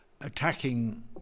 attacking